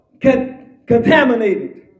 Contaminated